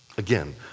Again